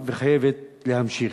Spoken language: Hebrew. וחייבת להמשיך,